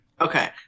Okay